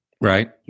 Right